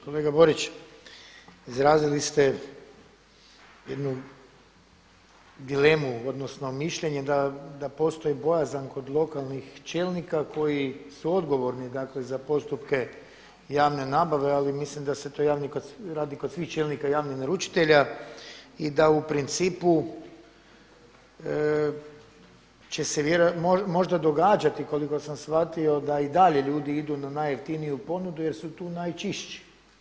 Kolega borić, izrazili ste jednu dilemu, odnosno mišljenje da postoji bojazan kod lokalnih čelnika koji su odgovorni dakle za postupke javne nabave, ali mislim da se to radi kod svih čelnika javnih naručitelja i da u principu će se vjerojatno, možda događati koliko sam shvatio da i dalje ljudi idu na najjeftiniju ponudu jer su tu najčišći.